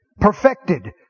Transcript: Perfected